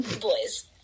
boys